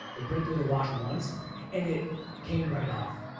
they put it through the wash once and it came right off.